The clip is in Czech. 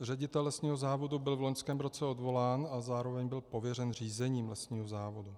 Ředitel lesního závodu byl v loňském roce odvolán a zároveň byl pověřen řízením lesního závodu.